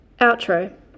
Outro